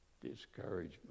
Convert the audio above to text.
Discouragement